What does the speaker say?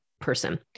person